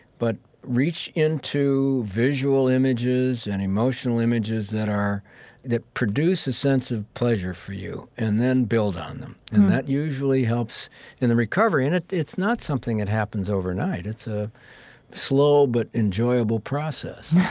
but reach into visual images and emotional images that are that produce a sense of pleasure for you, and then build on them. and that usually helps in the recovery. and it's not something that happens overnight. it's a slow but enjoyable process